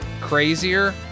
crazier